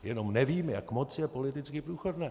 Jenom nevím, jak moc je politicky průchodné.